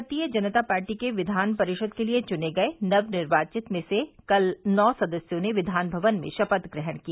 भारतीय जनता पार्टी के विधान परिषद के लिये चुने गये नवनिर्वाचित में से कल नौ सदस्यों ने विधान भवन में शपथ ग्रहण की